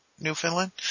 Newfoundland